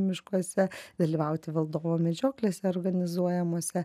miškuose dalyvauti valdovo medžioklėse organizuojamose